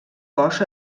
cos